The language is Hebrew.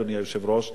אדוני היושב-ראש,